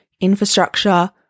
infrastructure